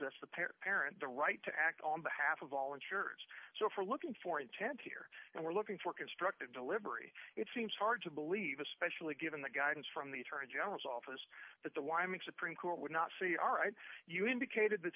parent the right to act on behalf of all insurers so for looking for intent here and we're looking for constructive delivery it seems hard to believe especially given the guidance from the attorney general's office that the why make supreme court would not see aright you indicated th